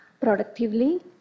productively